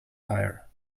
tyre